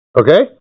Okay